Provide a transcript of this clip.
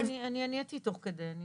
לא, אני עניתי תוך כדי.